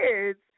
kids